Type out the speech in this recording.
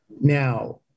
Now